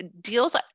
Deals